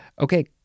Okay